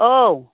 औ